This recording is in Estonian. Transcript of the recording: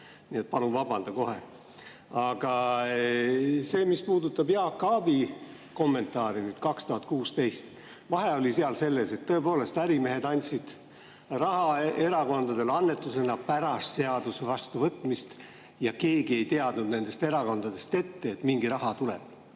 palun vabanda kohe! Aga see, mis puudutab Jaak Aabi kommentaari aasta 2016 kohta, siis vahe oli seal selles, et tõepoolest ärimehed andsid raha erakondadele annetusena pärast seaduse vastuvõtmist ja keegi ei teadnud nendest erakondadest ette, et mingi raha tuleb.